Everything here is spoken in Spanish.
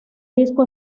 disco